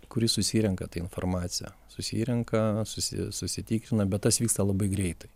kuris susirenka tą informaciją susirenka susi susitikrina bet tas vyksta labai greitai